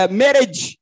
marriage